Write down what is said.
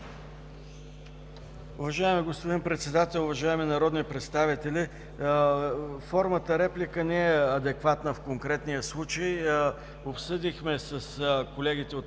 Уважаеми господин Председател, уважаеми народни представители! Формата реплика не е адекватна в конкретния случай. Обсъдихме с колегите от